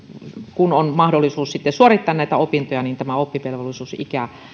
kun on mahdollisuus suorittaa näitä opintoja tämä oppivelvollisuusikä